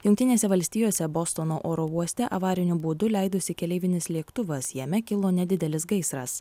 jungtinėse valstijose bostono oro uoste avariniu būdu leidosi keleivinis lėktuvas jame kilo nedidelis gaisras